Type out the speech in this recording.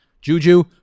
juju